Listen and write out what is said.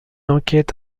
enquête